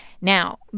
Now